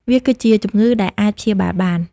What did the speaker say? វាគឺជាជំងឺដែលអាចព្យាបាលបាន។